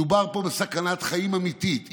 מדובר פה בסכנת חיים אמיתית.